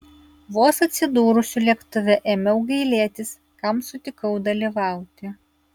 vos atsidūrusi lėktuve ėmiau gailėtis kam sutikau dalyvauti